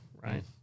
right